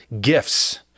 gifts